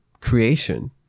creation